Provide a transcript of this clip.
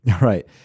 right